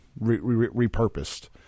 repurposed